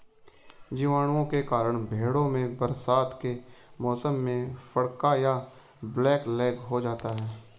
जीवाणुओं के कारण भेंड़ों में बरसात के मौसम में फड़का या ब्लैक लैग हो जाता है